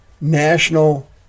national